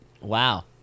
Wow